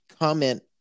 comment